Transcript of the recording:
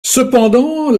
cependant